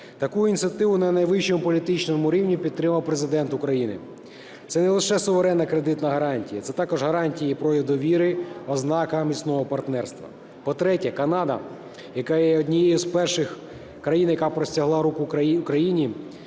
Таку ініціативу на найвищому політичному рівні підтримав Президент України. Це не лише суверенна кредитна гарантія - це також гарантія і прояв довіри, ознака міцного партнерства. По-третє, Канада, яка є однією із перших країн, яка простягла руку Україні,